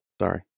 sorry